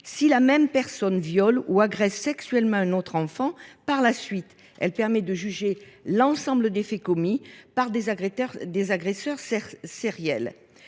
si l’auteur des faits viole ou agresse sexuellement un autre enfant par la suite. Elle permet ainsi de juger l’ensemble des faits commis par des agresseurs sériels.